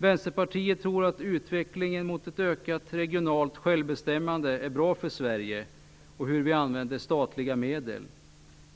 Västerpartiet tror att utvecklingen mot ett ökat regionalt självbestämmande är bra för Sverige och hur vi använder statliga medel.